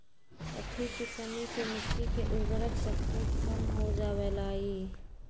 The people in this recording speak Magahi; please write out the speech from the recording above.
कथी के कमी से मिट्टी के उर्वरक शक्ति कम हो जावेलाई?